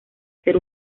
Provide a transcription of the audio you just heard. ser